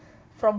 from